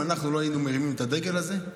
אם אנחנו לא היינו מרימים את הדגל הזה,